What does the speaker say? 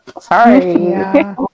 Sorry